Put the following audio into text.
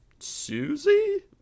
Susie